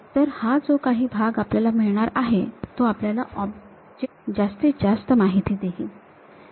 तर हा जो काही भाग आपल्याला मिळणार आहे तो आपल्याला ऑब्जेक्ट बद्दल जास्तीत जास्त माहिती देईल